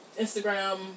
Instagram